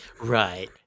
right